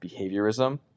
behaviorism